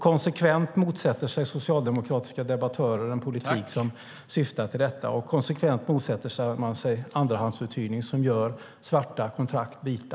Konsekvent motsätter sig socialdemokratiska debattörer en politik som syftar till detta, och konsekvent motsätter de sig andrahandsuthyrning som gör svarta kontrakt vita.